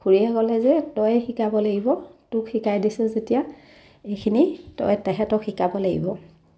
খুৰীয়ে ক'লে যে তই শিকাব লাগিব তোক শিকাই দিছোঁ যেতিয়া এইখিনি তই তাহাঁতক শিকাব লাগিব